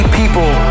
people